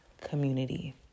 community